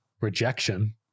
rejection